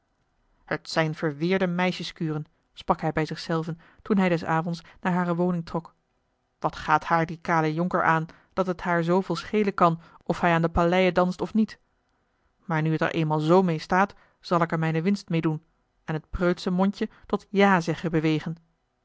het zijn verweerde meisjeskuren sprak hij bij zich zelven toen hij des avonds naar hare woning trok wat gaat haar die kale jonker aan dat het haar zooveel schelen kan of hij aan de paleie danst of niet maar nu het er eenmaal zoo meê staat zal ik er mijne winste meê doen en het preutsche mondje tot ja zeggen bewegen